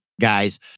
guys